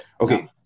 Okay